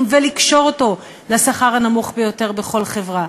ולקשור אותו לשכר הנמוך ביותר בכל חברה.